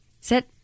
Sit